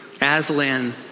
Aslan